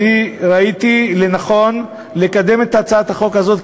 וראיתי לנכון לקדם את הצעת החוק הזאת,